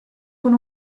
con